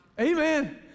Amen